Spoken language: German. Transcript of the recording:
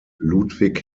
ludwig